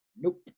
Nope